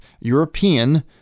European